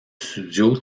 studio